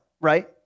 right